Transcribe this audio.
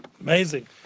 Amazing